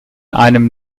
einem